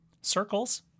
Circles